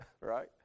right